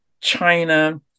China